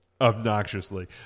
obnoxiously